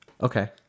Okay